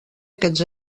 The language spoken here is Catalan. aquests